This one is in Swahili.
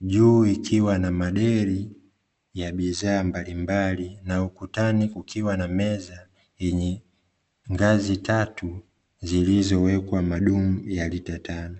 juu ikiwa na maderi ya bidhaa mbalimbali, na ukutani kukiwa na meza yenye ngazi tatu zilizowekwa madumu ya lita tano.